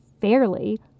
fairly